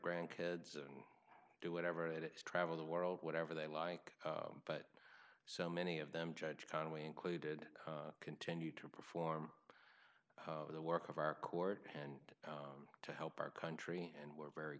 grandkids and do whatever it is travel the world whatever they like but so many of them judge conway included continue to perform the work of our court and to help our country and we're very